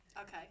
Okay